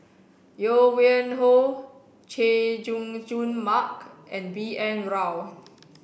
Yuen Hoe Chay Jung Jun Mark and B N Rao